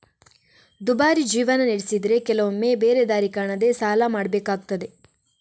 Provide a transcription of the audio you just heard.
ದುಬಾರಿ ಜೀವನ ನಡೆಸಿದ್ರೆ ಕೆಲವೊಮ್ಮೆ ಬೇರೆ ದಾರಿ ಕಾಣದೇ ಸಾಲ ಮಾಡ್ಬೇಕಾಗ್ತದೆ